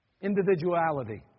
Individuality